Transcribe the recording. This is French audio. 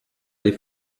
des